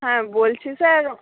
হ্যাঁ বলছি স্যার